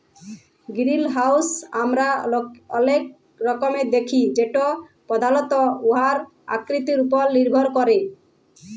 greenhouse আমরা অলেক রকমের দ্যাখি যেট পধালত উয়ার আকৃতির উপর লির্ভর ক্যরে